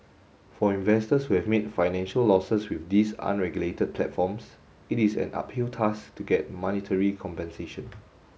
for investors who have made financial losses with these unregulated platforms it is an uphill task to get monetary compensation